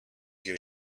your